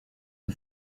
ont